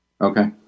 Okay